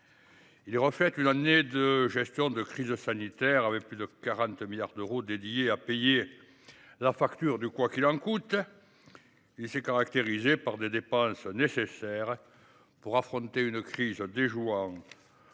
Il reflète une année de gestion de crise sanitaire, avec plus de 40 milliards d’euros destinés à payer la facture du « quoi qu’il en coûte ». Il s’est caractérisé par des dépenses nécessaires pour affronter une crise déjouant